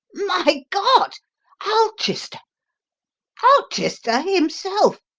my god ulchester ulchester himself!